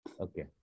Okay